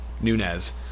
Nunez